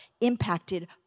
impacted